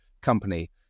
company